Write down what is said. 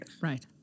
Right